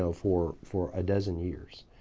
know, for for a dozen years.